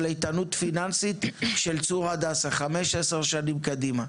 איתנות פיננסית של צור הדסה לחמש-עשר שנים קדימה.